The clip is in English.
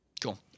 Cool